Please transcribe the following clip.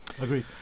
Agreed